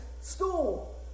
school